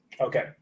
Okay